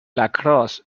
lacrosse